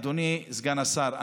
אדוני סגן השר,